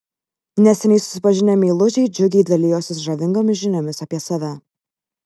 neseniai susipažinę meilužiai džiugiai dalijosi žavingomis žiniomis apie save